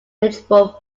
eligible